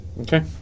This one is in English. Okay